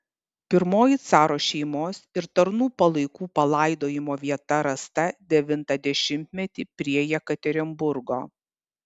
pirmoji caro šeimos ir tarnų palaikų palaidojimo vieta rasta devintą dešimtmetį prie jekaterinburgo